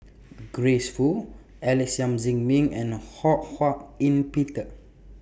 Grace Fu Alex Yam Ziming and Ho Hak Ean Peter